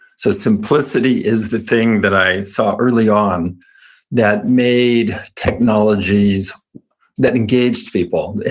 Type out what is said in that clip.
so simplicity is the thing that i saw early on that made technologies that engaged people.